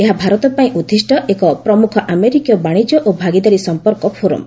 ଏହା ଭାରତ ପାଇଁ ଉଦ୍ଦିଷ୍ଟ ଏକ ପ୍ରମୁଖ ଆମେରିକୀୟ ବାଶିଙ୍କ୍ୟ ଓ ଭାଗିଦାରୀ ସଂପର୍କ ଫୋରମ